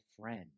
friend